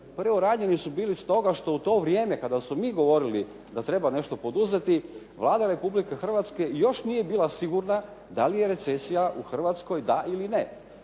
Preuranjeni su bili stoga što u to vrijeme kada smo mi govorili da treba nešto poduzeti, Vlada Republike Hrvatske još nije bila sigurna da li je recesija u Hrvatskoj da li ne.